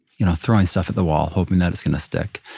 you know throwing stuff at the wall. hoping that it's going to stick.